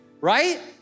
right